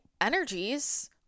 energies